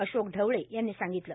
अशोक ढवळे यांनी सांगितलं